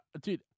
Dude